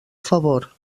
favor